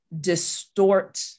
distort